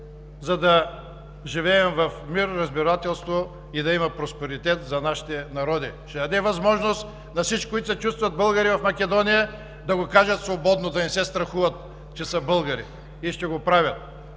за да живеем в мир и разбирателство, и да има просперитет за нашите народи. Ще даде възможност на всички, които се чувстват българи в Македония, да го кажат свободно, да не се страхуват, че са българи и ще го правят.